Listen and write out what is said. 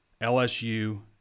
LSU